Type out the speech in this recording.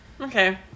Okay